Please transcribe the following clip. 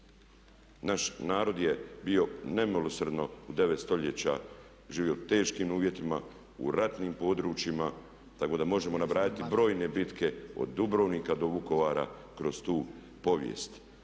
naš narod je bio nemilosrdno u 9 stoljeća živio u teškim uvjetima, u ratnim područjima. Tako da možemo nabrajati brojne bitke od Dubrovnika do Vukovara kroz tu povijest,